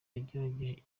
yagerageje